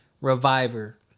reviver